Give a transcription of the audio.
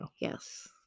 yes